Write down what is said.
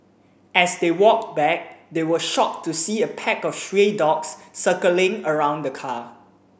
as they walked back they were shocked to see a pack of stray dogs circling around the car